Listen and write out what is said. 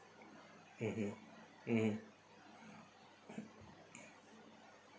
mmhmm mm